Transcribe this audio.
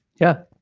yeah.